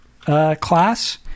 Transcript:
class